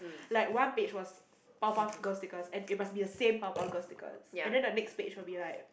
like one page was Powerpuff Girls stickers and it must be the same Powerpuff Girls stickers and then the next page will be like